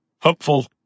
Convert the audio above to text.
hopeful